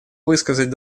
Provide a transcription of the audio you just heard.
высказать